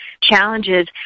challenges